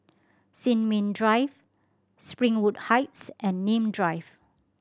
Sin Ming Drive Springwood Heights and Nim Drive